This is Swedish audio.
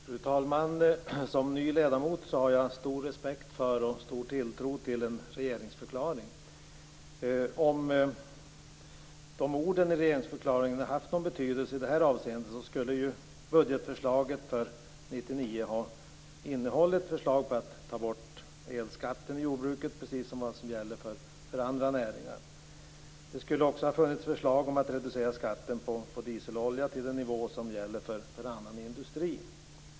Fru talman! Som ny ledamot har jag stor respekt för och stor tilltro till en regeringsförklaring. Om orden i regeringsförklaringen hade haft någon betydelse i detta avseende skulle budgetförslag för 1999 ha innehållit förslag om att ta bort elskatten i jordbruket, precis som gäller för andra näringar. Det skulle också ha funnits förslag om att reducera skatten på dieselolja till den nivå som gäller för annan industri.